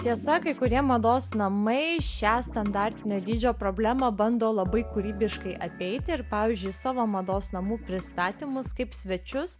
tiesa kai kurie mados namai šią standartinio dydžio problemą bando labai kūrybiškai apeiti ir pavyzdžiui savo mados namų pristatymus kaip svečius